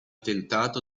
tentato